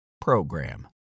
program